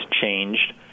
changed